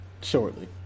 shortly